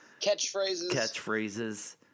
Catchphrases